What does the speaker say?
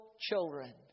children